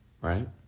right